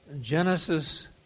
Genesis